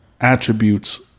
attributes